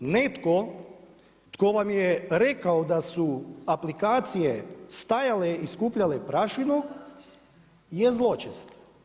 Netko tko vam je rekao da su aplikacije stajale i skupljale prašinu je zločest.